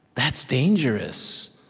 that's dangerous.